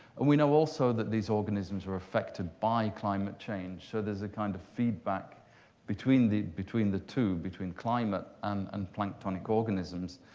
and we know also that these organisms are affected by climate change. so there's a kind of feedback between the between the two, between climate um and planktonic organisms,